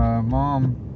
Mom